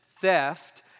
theft